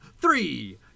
Three